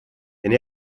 and